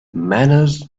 manners